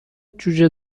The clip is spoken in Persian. جوجه